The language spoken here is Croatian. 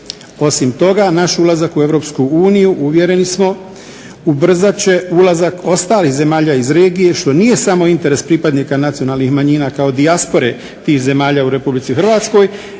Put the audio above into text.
Osim toga naš ulazak u Europsku uniju, uvjereni smo, ubrzat će ulazak ostalih zemalja iz regije što nije samo interes pripadnika nacionalnih manjina kao dijaspore tih zemalja u Republici Hrvatskoj